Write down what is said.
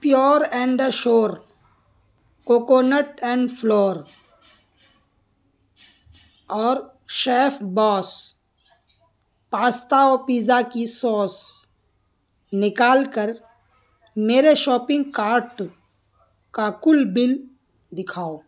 pure and sure coconut and flour اور chef boss pasta و pizza کی sauce نکال کر میرے شاپنگ کارٹ کا کل بل دکھاؤ